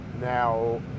Now